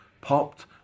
popped